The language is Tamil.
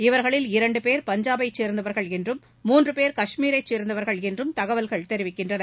இவர்களில் இரண்டு பேர் பஞ்சாப் ஐ சேர்ந்தவர்கள் என்றும் மூன்று பேர் கஷ்மீரை சேர்ந்தவர்கள் என்றும் தகவல்கள் தெரிவிக்கின்றன